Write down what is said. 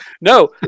no